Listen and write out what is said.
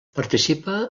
participa